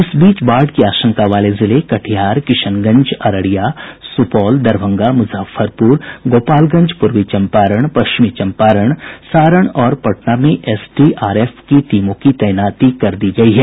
इस बीच बाढ़ की आशंका वाले जिले कटिहार किशनगंज अररिया सुपौल दरभंगा मुजफ्फरपुर गोपालगंज पूर्वी चम्पारण पश्चिमी चम्पारण सारण और पटना में एसडीआरएफ की टीमों की तैनाती कर दी गयी है